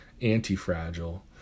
anti-fragile